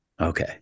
Okay